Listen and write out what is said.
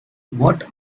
what